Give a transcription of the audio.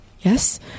yes